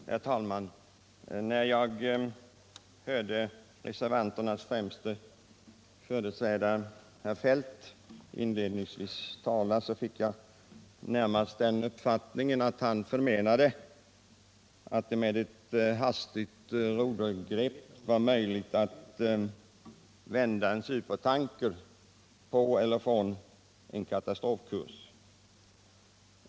Herr talman! När jag hörde reservanternas främste företrädare herr Feldt tala inledningsvis fick jag närmast den uppfattningen att han förmenade att det var möjligt att med ett hastigt rodergrepp vända en supertanker in på eller från en katastrofkurs.